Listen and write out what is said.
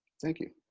thank you.